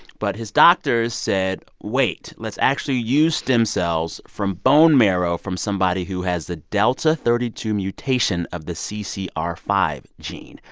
but his doctors said, wait. let's actually use stem cells from bone marrow from somebody who has the delta thirty two mutation of the c c r five gene.